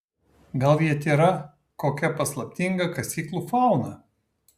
gal jie tėra kokia paslaptinga kasyklų fauna